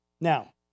Now